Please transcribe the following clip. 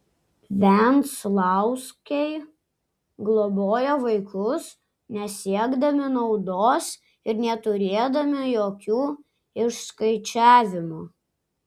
venclauskiai globojo vaikus nesiekdami naudos ir neturėdami jokių išskaičiavimų